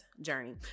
journey